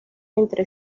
entre